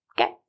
Okay